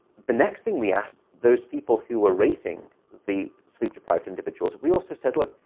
the next thing, we asked those people who were rating the sleep-deprived individuals, we also said, look,